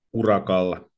urakalla